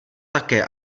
také